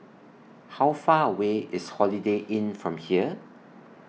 How Far away IS Holiday Inn from here